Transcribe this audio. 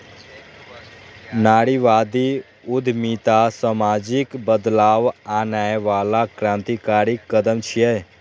नारीवादी उद्यमिता सामाजिक बदलाव आनै बला क्रांतिकारी कदम छियै